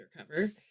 Undercover